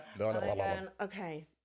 okay